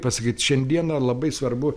pasakyt šiandieną labai svarbu